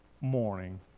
morning